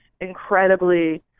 incredibly